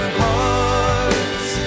hearts